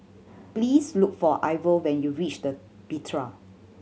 please look for Ivor when you reach the Bitraa